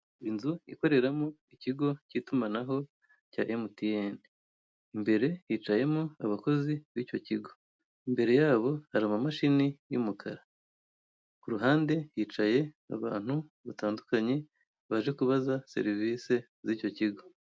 Inzu ikoreramo ikigo cyitumanaho cya MTN imbere hicayemo abakozi bicyo kigo, imbere yabo hari amamashini y'umukara, kuruhande hicaye abantu batandukanye baje kubaza serivise zicyo kigo.